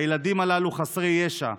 הילדים הללו חסרי ישע,